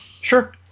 Sure